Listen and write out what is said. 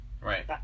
Right